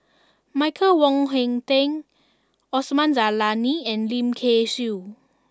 Michael Wong Hong Teng Osman Zailani and Lim Kay Siu